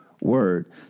word